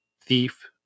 thief